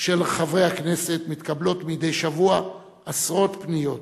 של חברי הכנסת מתקבלות מדי שבוע עשרות פניות